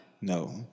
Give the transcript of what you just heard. No